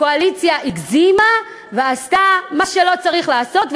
האופוזיציה הגזימה ועשתה מה שלא צריך לעשות.